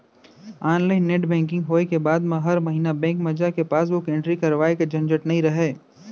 online net banking होय के बाद म हर महिना बेंक म जाके पासबुक एंटरी करवाए के झंझट नइ रहय